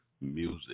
Music